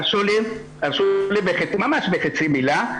תרשו לי בחצי מילה.